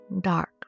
dark